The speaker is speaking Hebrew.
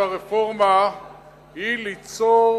והרפורמה היא ליצור